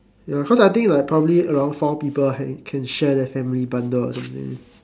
ya cause I think like probably around four people can share the family bundle or something